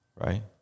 Right